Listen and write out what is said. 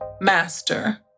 master